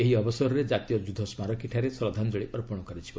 ଏହି ଅବସରରେ ଜାତୀୟ ଯୁଦ୍ଧ ସ୍କାରକୀଠାରେ ଶ୍ରଦ୍ଧାଞ୍ଜଳୀ ଅର୍ପଣ କରାଯିବ